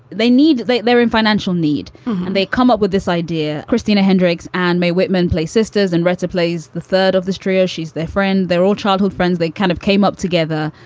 they need they they're in financial need and they come up with this idea. christina hendricks and mae whitman play sisters and retta plays the third of the trio. she's their friend. they're all childhood friends. they kind of came up together.